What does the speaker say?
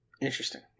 Interesting